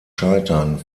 scheitern